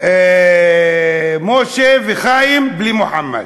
משה וחיים, בלי מוחמד,